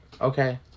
okay